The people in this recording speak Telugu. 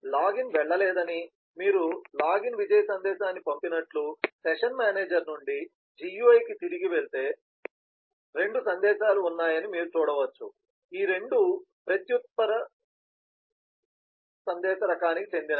లాగిన్ వెళ్ళలేదని మీరు లాగిన్ విజయ సందేశాన్ని పంపినట్లు సెషన్ మేనేజర్ నుండి GUI కి తిరిగి వెళ్ళే రెండు సందేశాలు ఉన్నాయని మీరు చూడవచ్చు ఈ రెండూ ప్రత్యుత్తర సందేశ రకానికి చెందినవి